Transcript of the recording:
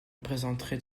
présenterai